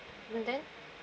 and then